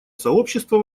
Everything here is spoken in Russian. сообщества